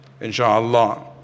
insha'Allah